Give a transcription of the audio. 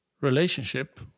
relationship